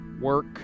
work